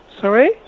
Sorry